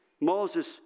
Moses